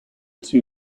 two